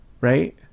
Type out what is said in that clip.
Right